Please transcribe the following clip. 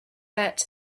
met